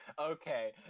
Okay